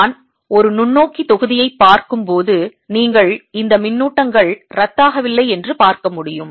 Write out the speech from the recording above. நான் ஒரு நுண்ணோக்கி தொகுதியை பார்க்கும் போது நீங்கள் இந்த மின்னூட்டங்கள் ரத்தாகவில்லை என்று பார்க்க முடியும்